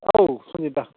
औ सुनिथ दा